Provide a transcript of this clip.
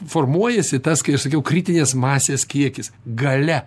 formuojasi tas kai aš sakiau kritinės masės kiekis galia